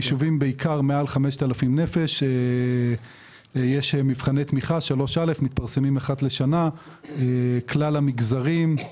יש מבחני תמיכה שמתפרסמים אחת לשנה לכלל המגזרים.